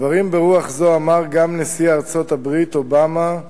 דברים ברוח זו אמר גם נשיא ארצות-הברית אובמה,